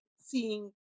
seeing